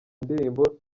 ndirimbo